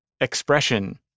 expression